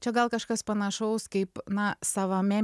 čia gal kažkas panašaus kaip na savame